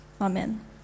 Amen